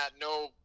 no